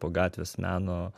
po gatvės meno